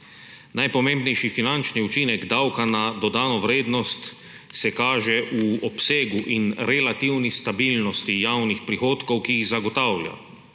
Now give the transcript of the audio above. Najpomembnejši finančni učinek davka na dodano vrednost se kaže v obsegu in relativni stabilnosti javnih prihodkov, ki jih zagotavlja,